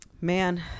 Man